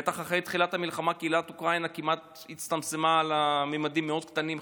ובטח אחרי תחילת המלחמה קהילת אוקראינה הצטמצמה לממדים מאוד קטנים,